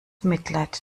mitleid